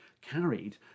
carried